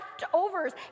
leftovers